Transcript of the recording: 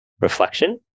reflection